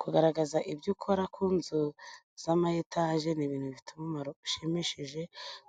Kugaragaza ibyo ukora ku nzu z’ama etaje ni ibintu bifite umumaro ushimishije,